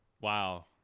wow